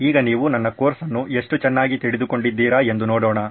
ಈಗ ನೀವು ನನ್ನ ಕೋರ್ಸ್ ಅನ್ನು ಎಷ್ಟು ಚೆನ್ನಾಗಿ ತಿಳಿದುಕೊಂದಿದ್ದಿರಾ ಎಂದು ನೋಡೋಣ